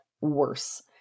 worse